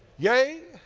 yea,